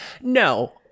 no